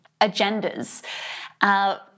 agendas